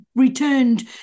Returned